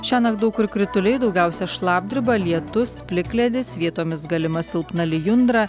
šiąnakt daug kur krituliai daugiausia šlapdriba lietus plikledis vietomis galima silpna lijundra